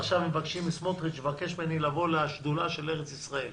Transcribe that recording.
עכשיו סמוטריץ' ביקש ממני לבוא לשדולה של ארץ ישראל,